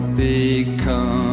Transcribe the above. become